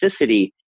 toxicity